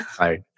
Right